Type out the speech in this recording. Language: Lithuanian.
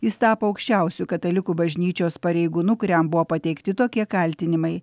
jis tapo aukščiausiu katalikų bažnyčios pareigūnu kuriam buvo pateikti tokie kaltinimai